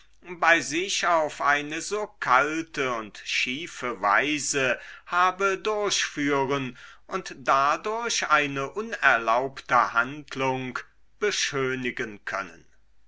bei sich auf eine so kalte und schiefe weise habe durchführen und dadurch eine unerlaubte handlung beschönigen können